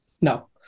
No